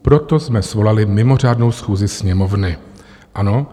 Proto jsme svolali mimořádnou schůzi Sněmovny, ano?